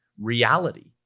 reality